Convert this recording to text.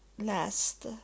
last